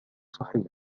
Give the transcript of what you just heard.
صحيح